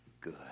good